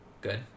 Good